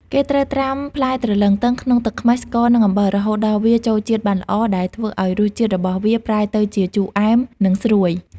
គេត្រូវត្រាំផ្លែទ្រលឹងទឹងក្នុងទឹកខ្មេះ ស្ករ និងអំបិល រហូតដល់វាចូលជាតិបានល្អ ដែលធ្វើឲ្យរសជាតិរបស់វាប្រែទៅជា ជូរអែម និងស្រួយ។